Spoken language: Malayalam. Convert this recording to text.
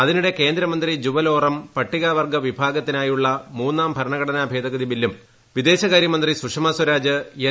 അതിനിടെ കേന്ദ്രമന്ത്രി ജുവൽ ഓറം പട്ടിക വർഗ്ഗവിഭാഗത്തിനായുള്ള മൂന്നാം ഭരണഘടനാ ഭേദഗതി ബില്ലും വിദേശകാര്യമന്ത്രി സുഷമ സ്വരാജ് എൻ